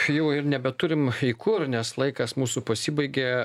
jau ir nebeturim į kur nes laikas mūsų pasibaigė